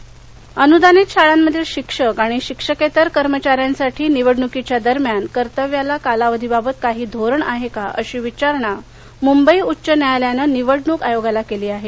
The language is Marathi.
निवडणक कर्तव्य अनुदानित शाळांमधील शिक्षक आणि शिक्षकेतर कर्मचाऱ्यांसाठी निवडणुकीच्या दरम्यान कर्तव्याच्या कालावधीबाबत काही धोरण आहे का अशी विचारणा मुंबई उच्च न्यायालयानं निवडणूक आयोगाला केली आहे